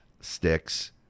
sticks